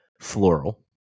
floral